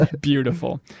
beautiful